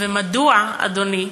ומדוע, אדוני,